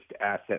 asset